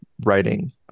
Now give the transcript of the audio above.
writing